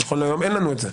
נכון להיום אין לנו את זה.